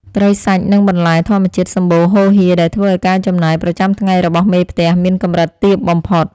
ត្រីសាច់ និងបន្លែធម្មជាតិសម្បូរហូរហៀរដែលធ្វើឱ្យការចំណាយប្រចាំថ្ងៃរបស់មេផ្ទះមានកម្រិតទាបបំផុត។